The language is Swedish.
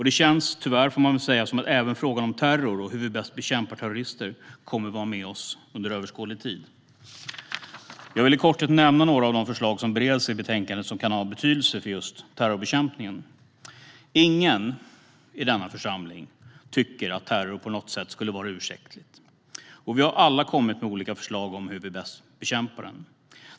Det känns, tyvärr får man väl säga, som att även frågan om terror och hur vi bäst bekämpar terrorister kommer att vara med oss under överskådlig tid. Jag vill i korthet nämna några av de förslag som bereds i detta betänkande och som kan ha betydelse för just terrorbekämpningen. Ingen i denna församling tycker att terror på något sätt skulle vara ursäktligt, och vi har alla kommit med olika förslag om hur vi bäst bekämpar den.